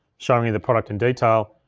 showing you the product in detail,